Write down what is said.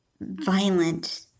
violent